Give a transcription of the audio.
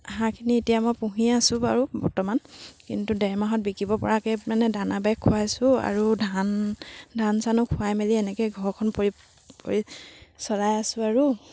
হাঁহখিনি এতিয়া মই পুহিয়ে আছোঁ বাৰু বৰ্তমান কিন্তু ডেৰমাহত বিকিবপৰাকৈ মানে দানা বেগ খোৱাইছোঁ আৰু ধান ধান চানো খোৱাই মেলি এনেকৈ ঘৰখন পৰি পৰি চলাই আছোঁ আৰু